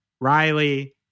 Riley